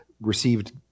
received